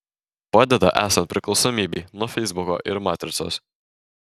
padeda esant priklausomybei nuo feisbuko ir matricos